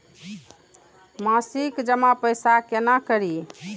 मासिक जमा पैसा केना करी?